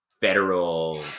federal